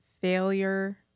failure